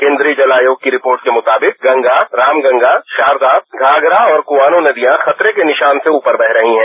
केन्द्रीय जल आयोग की रिपोर्ट के मुताबिक गंगा रामगंगा शारदा घाघरा और कोआनो नदियां खतरे के निशान से ऊपर बह रही हैं